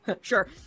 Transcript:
sure